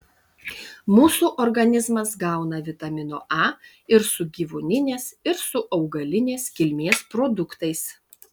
mūsų organizmas gauna vitamino a ir su gyvūninės ir su augalinės kilmės produktais